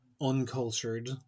uncultured